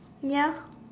ya